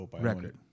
record